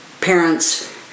parents